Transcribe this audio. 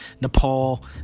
Nepal